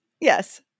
Yes